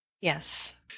Yes